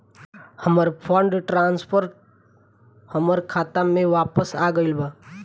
हमर fund transfer हमर खाता में वापस आ गईल बा